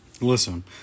listen